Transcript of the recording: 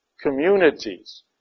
communities